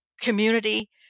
community